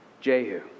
Jehu